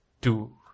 two